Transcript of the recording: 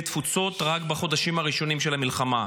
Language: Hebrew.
התפוצות רק בחודשים הראשונים של המלחמה.